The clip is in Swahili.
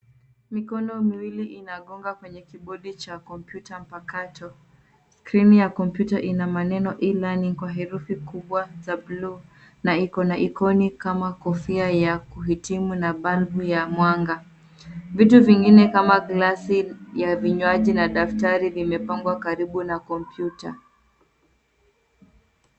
Mikono miwili inagonga kwenye kibodi cha kompyuta mpakato. Skrini ya kompyuta ina maneno e-lerning kwa herufi kubwa za buluu na iko na ikoni kama kofia ya kuhitimu na balbu ya mwanga. Vitu vingine kama gilasi ya vinywaji na daftari vimepangwa karibu na kompyuta.